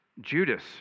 Judas